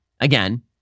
again